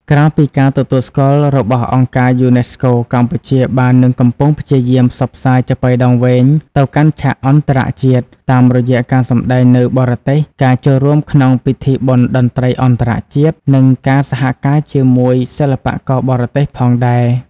ក្រៅពីការទទួលស្គាល់របស់ អង្គការ UNESCO កម្ពុជាបាននឹងកំពុងព្យាយាមផ្សព្វផ្សាយចាប៉ីដងវែងទៅកាន់ឆាកអន្តរជាតិ តាមរយៈការសម្តែងនៅបរទេស ការចូលរួមក្នុងពិធីបុណ្យតន្ត្រីអន្តរជាតិ និងការសហការជាមួយសិល្បករបរទេសផងដែរ។